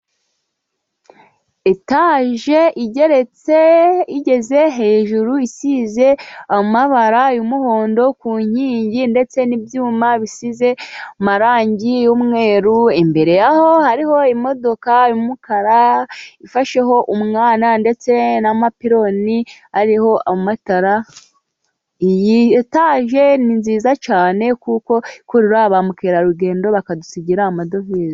Etaje igeretse igeze hejuru. Isize amabara y'umuhondo ku nkingi, ndetse n'ibyuma bisize amarangi y'umweru. Imbere aho hariho imodoka y'umukara ifasheho umwana, ndetse n'amapironi ariho amatara. Iyi etaje ni nziza cyane kuko ikurura ba mukerarugendo bakadusigira amadovize.